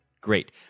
Great